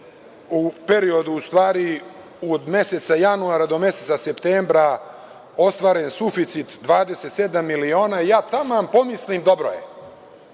u periodu od meseca januara do meseca septembra ostvaren suficit 27miliona i ja taman pomislim, dobro je.